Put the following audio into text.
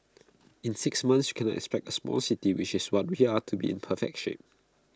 in six months you cannot expect A small city which is what we are to be in perfect shape